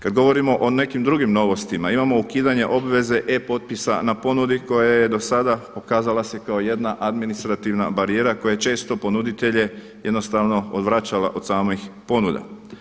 Kad govorimo o nekim drugim novostima imamo ukidanje obveze e-potpisa na ponudi koja je do sada pokazala se kao jedna administrativna barijera koja je često ponuditelje jednostavno odvraćala od samih ponuda.